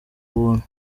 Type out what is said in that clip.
buntu